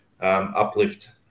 Uplift